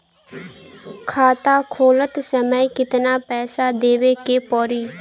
खाता खोलत समय कितना पैसा देवे के पड़ी?